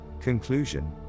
conclusion